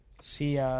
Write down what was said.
See